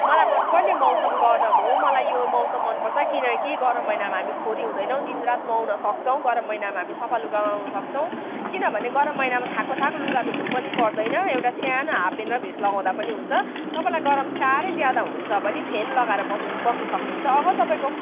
मलाई मन पर्ने मौसम गरम हो मलाई यो मैसम मन पर्छ किनकि गरम महिनामा हामी फोहोरी हुँदैनौँ दिनरात नुहाउन सक्छौँ गरम महिनामा हामी सफा लुगा लगाउन सक्छौँ किनभने गरम महिनामा थाकको थक लुगा धुनु पनि पर्दैन एउटा सानो हाफपेन्ट र भेस्ट लगाउँदा पनि हुन्छ तपाईँलाई गरम साह्रै ज्यादा हुन्छ भने फेन लगाएर बस्नु सक्नु हुन्छ अगर तपाईँको